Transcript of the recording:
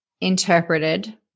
interpreted